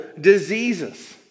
diseases